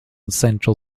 central